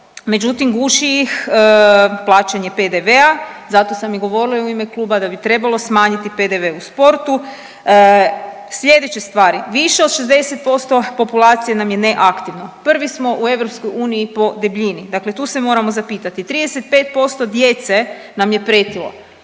međutim, guši ih plaćanje PDV-a, zato sam i govorila u ime kluba da bi trebalo smanjiti PDV u sportu. Sljedeće stvari, više od 60% populacije nam je neaktivno, prvi smo u EU po debljini, dakle tu se moramo zapitati. 35% djece nam je pretilo.